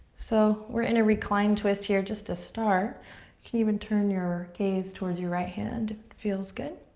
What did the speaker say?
so we're in a reclined twist here just to start can even turn your gaze towards your right hand. it feels good.